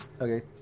Okay